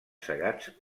segats